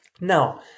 now